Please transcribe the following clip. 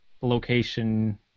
location